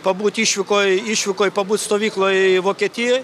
pabūt išvykoje išvykoj pabūt stovykloj vokietijoj